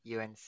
UNC